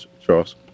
Charles